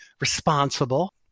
responsible